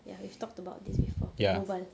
ya we've talked about this before berbual